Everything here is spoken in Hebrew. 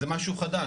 זה משהו חדש.